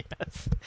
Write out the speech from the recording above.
Yes